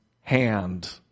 hand